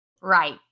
Right